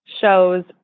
shows